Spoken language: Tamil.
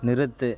நிறுத்து